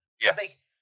Yes